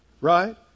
right